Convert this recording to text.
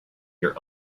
your